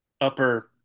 upper